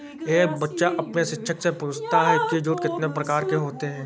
एक बच्चा अपने शिक्षक से पूछता है कि जूट कितने प्रकार के होते हैं?